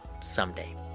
Someday